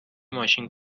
ماشین